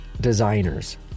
designers